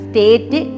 State